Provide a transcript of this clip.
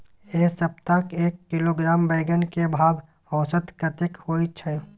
ऐ सप्ताह एक किलोग्राम बैंगन के भाव औसत कतेक होय छै?